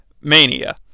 Mania